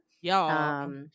Y'all